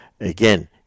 Again